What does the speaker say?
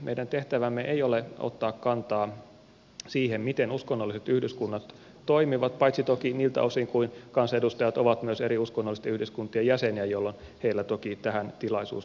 meidän tehtävämme ei ole ottaa kantaa siihen miten uskonnolliset yhdyskunnat toimivat paitsi toki niiltä osin kuin kansanedustajat ovat myös eri uskonnollisten yhdyskuntien jäseniä jolloin heillä toki tähän tilaisuus tarjoutuu